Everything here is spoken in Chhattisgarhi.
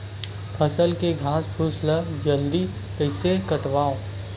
फसल के घासफुस ल जल्दी कइसे हटाव?